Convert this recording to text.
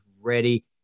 Ready